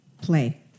play